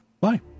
Bye